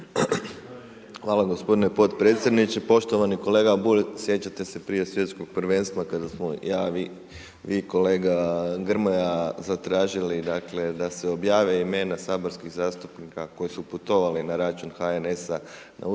Hvala gospodine podpredsjedniče. Poštovani kolega Bulj, sjećate se prije Svjetskog prvenstva kada smo ja, vi, kolega Grmoja, zatražili, dakle, da se objave imena saborskih zastupnika koji su putovali na račun HNS-a na utakmice